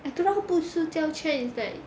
I don't want put 塑胶圈 is like